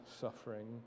suffering